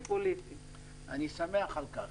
אני שמח על כך,